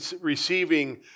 receiving